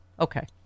Okay